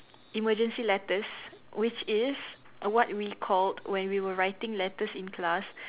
emergency letters which is what we called when we were writing letters in class